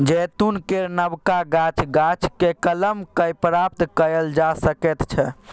जैतून केर नबका गाछ, गाछकेँ कलम कए प्राप्त कएल जा सकैत छै